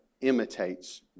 imitates